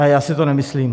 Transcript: Já si to nemyslím.